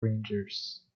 rangers